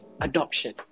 Adoption